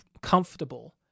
comfortable